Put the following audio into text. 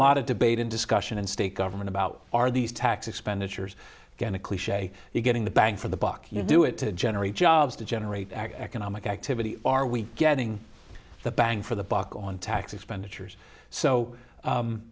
lot of debate and discussion in state government about are these tax expenditures going to cliche you're getting the bang for the buck you do it to generate jobs to generate economic activity are we getting the bang for the buck on tax expenditures so